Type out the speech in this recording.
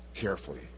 carefully